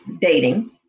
dating